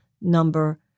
number